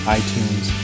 iTunes